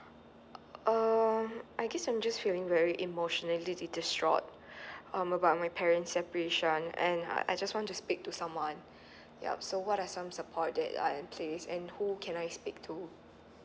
um I guess I'm just feeling very emotionally distraught um about my parents separation and uh I just want to speak to someone yup so what are some support that are in place and who can I speak to